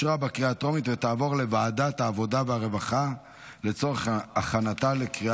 לוועדת העבודה והרווחה נתקבלה.